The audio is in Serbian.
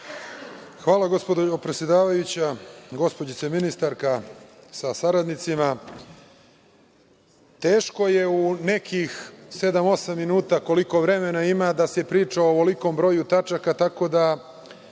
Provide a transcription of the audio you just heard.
Hvala, gospođo predsedavajuća. Gospođice ministarka sa saradnicima, teško je u nekih sedam osam minuta koliko vremena ima da se priča o ovolikom broju tačaka, tako da,